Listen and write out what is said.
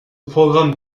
programme